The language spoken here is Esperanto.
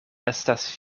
estas